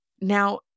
Now